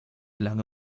lange